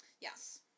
Yes